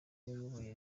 wayoboye